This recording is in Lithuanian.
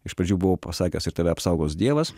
iš pradžių buvau pasakęs ir tave apsaugos dievas